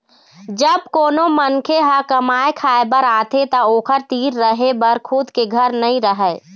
जब कोनो मनखे ह कमाए खाए बर आथे त ओखर तीर रहें बर खुद के घर नइ रहय